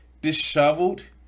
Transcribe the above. disheveled